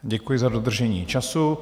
Děkuji za dodržení času.